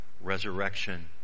resurrection